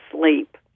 sleep